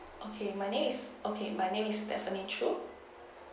okay my name is okay my name is stephanie chew